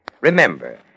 Remember